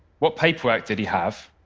what paperwork did he have?